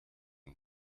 and